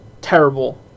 terrible